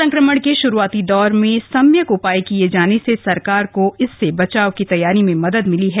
संक्रमण के शुरूआती दौर में सम्यक उपाय किए जाने से सरकार को इससे बचाव की तैयारी में मदद मिली है